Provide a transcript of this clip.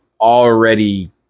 already